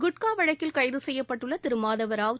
குட்கா வழக்கில் கைது செய்யப்பட்டுள்ள திரு மாதவராவ்